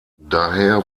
daher